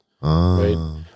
right